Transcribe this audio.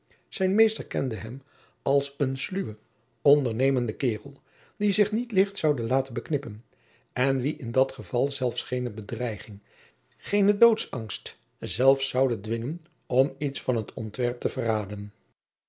zijn meester kende hem als een sluwen ondernemenden kaerel die zich niet licht zoude laten beknippen en wien in dat geval zelfs geene bedreiging geene doodsangst zelfs zoude dwingen om iets van het ontwerp te verraden